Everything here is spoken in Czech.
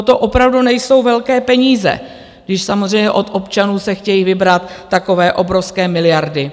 To opravdu nejsou velké peníze, když samozřejmě od občanů se chtějí vybrat takové obrovské miliardy.